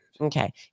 Okay